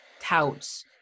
touts